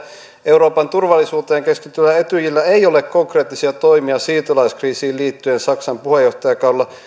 euroopan turvallisuuteen keskittyvällä etyjillä ei ole konkreettisia toimia siirtolaiskriisiin liittyen saksan puheenjohtajakaudella